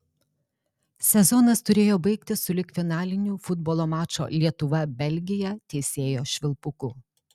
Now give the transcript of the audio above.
sezonas turėjo baigtis sulig finaliniu futbolo mačo lietuva belgija teisėjo švilpuku